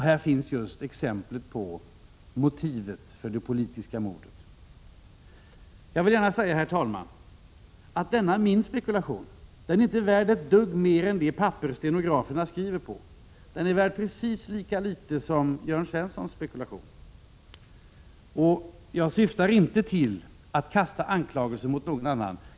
Här finns just exemplet på motivet för det politiska mordet. Jag vill gärna säga, herr talman, att denna min spekulation inte är värd ett dugg mer än det papper stenograferna skriver på. Den är värd precis lika litet som Jörn Svenssons spekulation. Jag syftar inte till att kasta anklagelser mot någon.